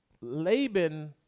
Laban